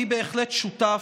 אני בהחלט שותף,